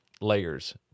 layers